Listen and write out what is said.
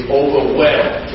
overwhelmed